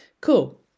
cool